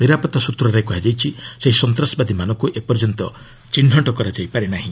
ନିରାପତ୍ତା ସ୍ନତ୍ରରେ କୁହାଯାଇଛି ସେହି ସନ୍ତାସବାଦୀମାନଙ୍କୁ ଏପର୍ଯ୍ୟନ୍ତ ଚିହ୍ନଟ କରାଯାଇପାରି ନାହିଁ